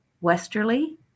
Westerly